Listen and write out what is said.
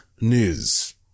News